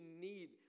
need